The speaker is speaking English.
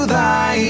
Thy